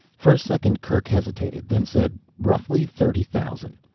for a second kerk hesitated, then said, roughly thirty thousand.